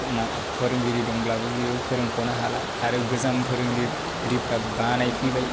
फोरोंगिरि दंब्लाबो बेयो फोरोंख'नो हाला आरो गोजाम फोरोंगिरिफ्रा बानाय फैबाय